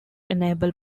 enable